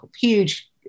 huge